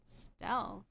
Stealth